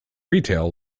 retail